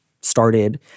started